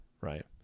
right